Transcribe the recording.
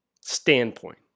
standpoint